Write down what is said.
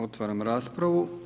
Otvaram raspravu.